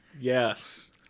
yes